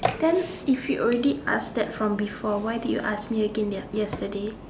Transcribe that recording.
then if you already ask that from before why did you ask me again ya yesterday